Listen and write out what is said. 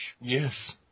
Yes